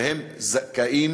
והם זכאים